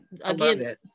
again